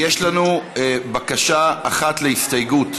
יש לנו בקשה אחת להסתייגות: